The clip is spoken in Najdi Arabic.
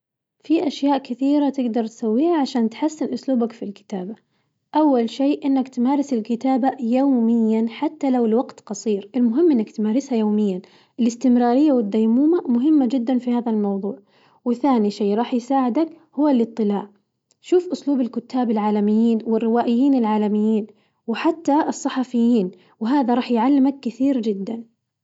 في أشياء كثيرة تقدر تسويها عشان تحسن ألوبك في الكتابة، أول شي إنك تمارس الكتابة يومياً حتى لو لوقت قصير المهم إنك تمارسها يومياً، الاستمرارية والديمومة مهمة جداً في هذا الموضوع، وثاني شي راح يساعدك هو الاطلاع شوف أسلوب الكتاب العالميين والروائيين العالميين، وحتى الصحفيين وهذا راح يعلمك كثير جداً.